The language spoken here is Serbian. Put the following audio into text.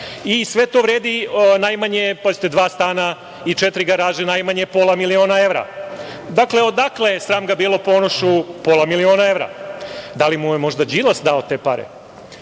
i sve to vredi najmanje, pazite, dva stana i četiri garaže, najmanje pola miliona evra. Dakle, odakle, sram ga bilo, Ponošu pola miliona evra? Da li mu je možda Đilas dao te pare?